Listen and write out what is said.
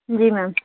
जी ma'am